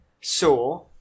saw